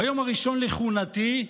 ביום הראשון לכהונתי,